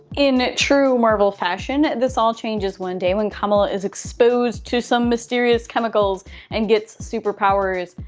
in true marvel fashion, this all changes one day when kamala is exposed to some mysterious chemicals and gets superpowers.